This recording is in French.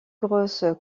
grosse